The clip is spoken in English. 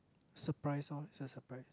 surprise lor it's a surprise